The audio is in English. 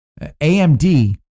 AMD